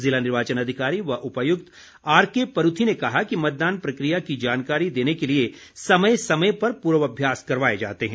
जिला निर्वाचन अधिकारी व उपायुक्त आरके परूथी ने कहा कि मतदान प्रक्रिया की जानकारी देने के लिए समय समय पर पूर्वाभ्यास करवाए जाते हैं